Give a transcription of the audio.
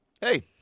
Hey